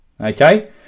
okay